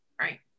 right